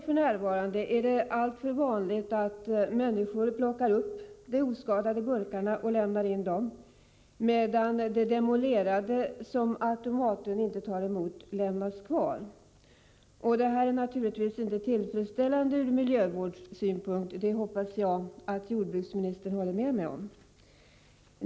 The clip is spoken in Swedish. F.n. är det alltför vanligt att människor plockar upp de oskadade burkarna och lämnar in dessa, medan de demolerade burkarna, som automaterna inte tar emot, lämnas kvar. Detta är naturligtvis inte tillfredsställande ur miljövårdssynpunkt — det hoppas jag att jordbruksministern håller med mig om.